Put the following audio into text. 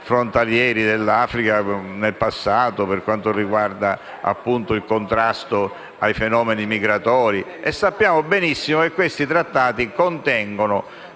frontalieri dell'Africa, per quanto riguarda appunto il contrasto ai fenomeni migratori, e sappiamo benissimo che questi trattati contengono,